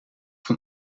van